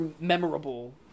memorable